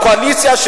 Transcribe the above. הקואליציה,